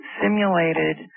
simulated